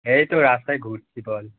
এই তো রাস্তায় ঘুরছি বল